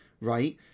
right